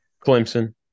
Clemson